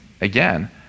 again